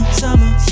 summer